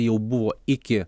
jau buvo iki